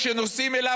כשנוסעים אליו,